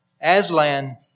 Aslan